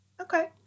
Okay